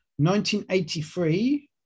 1983